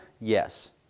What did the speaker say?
Yes